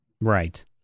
Right